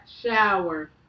shower